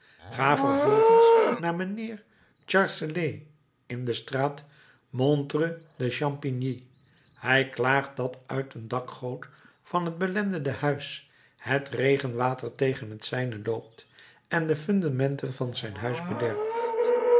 ga vervolgens naar mijnheer charcellay in de straat montre de champigny hij klaagt dat uit een dakgoot van het belendende huis het regenwater tegen het zijne loopt en de fundamenten van zijn huis bederft